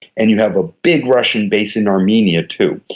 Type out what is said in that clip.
and you have a big russian base in armenia too.